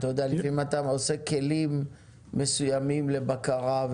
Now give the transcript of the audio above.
לפעמים אתה עושה כלים מסוימים לבקרה,